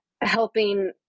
helping